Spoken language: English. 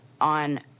on